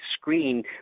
screen